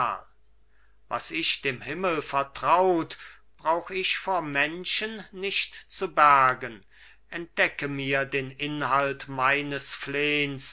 was ich dem himmel vertraut brauch ich vor menschen nicht zu bergen entdecke mir den inhalt meines